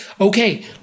Okay